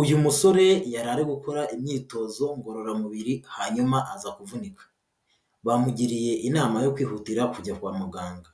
Uyu musore yari ari gukora imyitozo ngororamubiri hanyuma aza kuvunika. Bamugiriye inama yo kwihutira kujya kwa muganga.